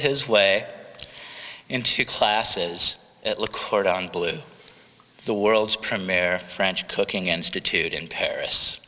his way into classes at le cordon bleu the world's premier french cooking institute in paris